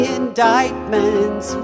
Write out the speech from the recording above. indictments